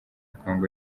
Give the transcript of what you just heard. congo